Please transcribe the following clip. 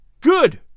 Good